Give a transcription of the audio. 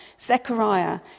Zechariah